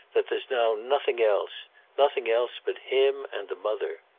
that there's now nothing else nothing else but him and the mother.